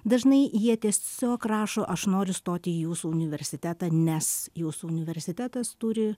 dažnai jie tiesiog rašo aš noriu stoti į jūsų universitetą nes jūsų universitetas turi